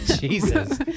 Jesus